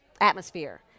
atmosphere